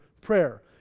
prayer